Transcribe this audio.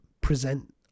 present